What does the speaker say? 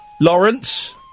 lawrence